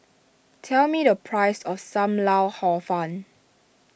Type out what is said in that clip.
tell me the price of Sam Lau Hor Fun